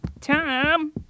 tom